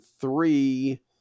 three